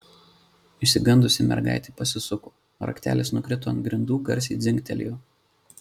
išsigandusi mergaitė pasisuko raktelis nukrito ant grindų garsiai dzingtelėjo